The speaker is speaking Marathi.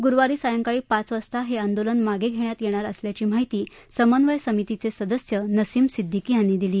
गुरूवारी सायंकाळी पाच वाजता हे आंदोलन मागे घेण्यात येणार असल्याची माहिती समन्वय समितीचे सदस्य नसीम सिद्दीकी यांनी दिली